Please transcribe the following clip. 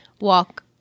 walk